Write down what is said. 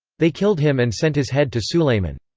they killed him and sent his head to sulayman.